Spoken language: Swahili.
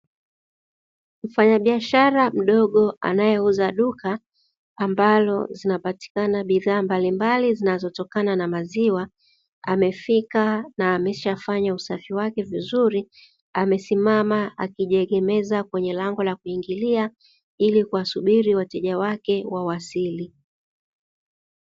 Mfanyabiashara mdogo anayeuza duka, ambalo zinapatikana bidhaa mbalimbali zinazotokana na maziwa, amefika na ameshafanya usafi wake vizuri, amesimama kwenye meza kwenye lango la kuingilia ili kuwasubiri wateja wake wawasili.